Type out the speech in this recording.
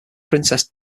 princess